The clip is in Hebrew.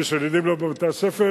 וכשהילדים לא בבתי-הספר,